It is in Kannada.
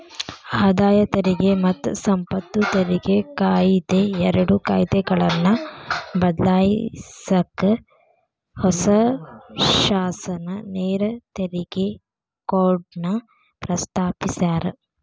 ಆದಾಯ ತೆರಿಗೆ ಮತ್ತ ಸಂಪತ್ತು ತೆರಿಗೆ ಕಾಯಿದೆ ಎರಡು ಕಾಯ್ದೆಗಳನ್ನ ಬದ್ಲಾಯ್ಸಕ ಹೊಸ ಶಾಸನ ನೇರ ತೆರಿಗೆ ಕೋಡ್ನ ಪ್ರಸ್ತಾಪಿಸ್ಯಾರ